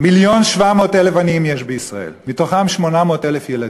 1.7 מיליון עניים יש בישראל, 800,000 מהם ילדים.